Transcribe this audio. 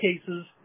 cases